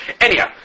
Anyhow